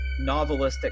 novelistic